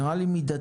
נראה לי מידתי.